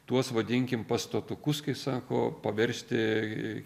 tuos vadinkim pastatukus kai sako paversti